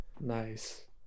Nice